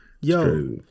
Yo